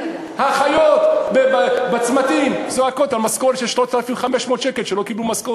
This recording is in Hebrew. האחיות בצמתים צועקות על משכורת של 3,500 שקל שלא קיבלו,